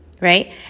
Right